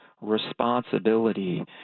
responsibility